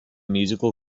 musical